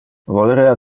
volerea